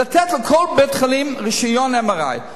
לתת לכל בית-חולים רשיון ל-MRI.